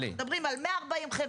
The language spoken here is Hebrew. אנחנו מדברים על 140 חברות,